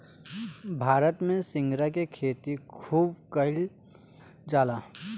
भारत में सिंघाड़ा के खेती खूब कईल जाला